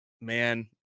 man